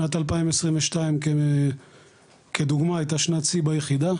שנת 2022 כדוגמה הייתה שנת שיא ביחידה.